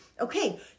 okay